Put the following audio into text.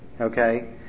okay